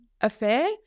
affair